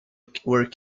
killed